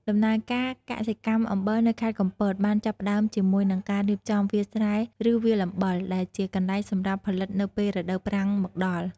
ដំណើរការកសិកម្មអំបិលនៅខេត្តកំពតបានចាប់ផ្តើមជាមួយនឹងការរៀបចំវាលស្រែឬវាលអំបិល ដែលជាកន្លែងសម្រាប់ផលិតនៅពេលរដូវប្រាំងមកដល់។